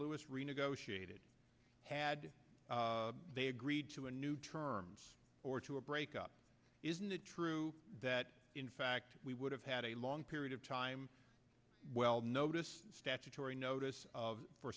lewis renegotiated had they agreed to a new terms or to a breakup isn't it true that in fact we would have had a long period of time well notice statutory notice of